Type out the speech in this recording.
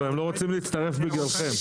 אבל הם לא רוצים להצטרף בגללכם,